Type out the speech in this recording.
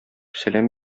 сәлам